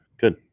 Good